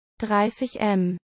30m